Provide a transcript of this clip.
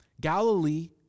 Galilee